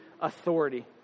authority